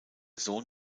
sohn